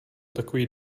takový